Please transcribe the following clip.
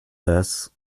this